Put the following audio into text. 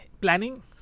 planning